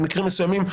במקרים מסוימים,